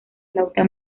flauta